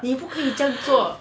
你不可以这样做